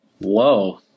whoa